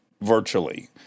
virtually